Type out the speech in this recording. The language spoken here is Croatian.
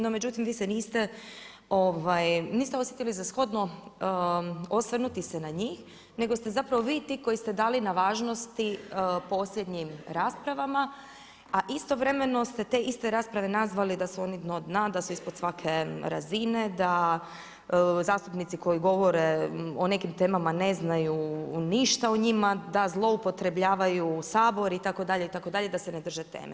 No međutim, vi se niste, niste osjetili za shodno osvrnuti se na njih, nego ste zapravo vi ti koji ste dali na važnosti posljednjim raspravama, a istovremeno ste te iste rasprave nazvali da su oni dno dna, da su ispod svake razine, da zastupnici koji govore o nekim temama ne znaju ništa o njima, da zloupotrebljavaju Sabor itd. itd. da se ne drže teme.